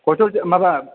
खयथा माबा